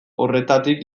horretatik